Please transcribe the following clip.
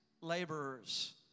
laborers